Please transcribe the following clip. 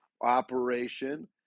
operation